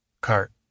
cart